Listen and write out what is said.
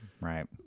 right